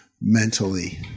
mentally